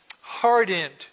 hardened